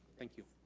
thank you.